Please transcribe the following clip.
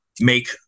make